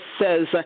says